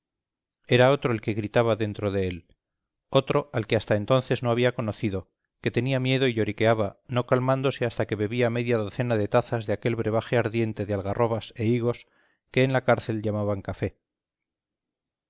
era otro el que gritaba dentro de él otro al que hasta entonces no había conocido que tenía miedo y lloriqueaba no calmándose hasta que bebía media docena de tazas de aquel brebaje ardiente de algarrobas e higos que en la cárcel llamaban café